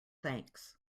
thanks